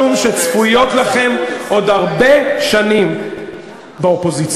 משום שצפויות לכם עוד הרבה שנים באופוזיציה.